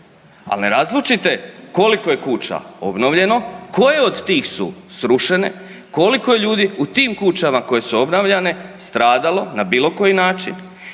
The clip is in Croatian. al ne razlučite koliko je kuća obnovljeno, koje od tih su srušene, koliko je ljudi u tim kućama koje su obnavljane stradalo na bilo koji način